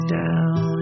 down